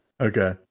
Okay